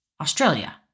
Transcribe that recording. australia